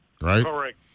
right